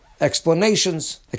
explanations